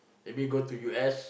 maybe go to U_S